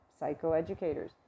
psychoeducators